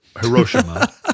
Hiroshima